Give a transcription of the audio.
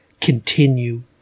continue